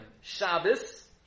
Shabbos